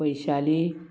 Vaishali